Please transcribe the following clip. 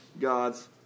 God's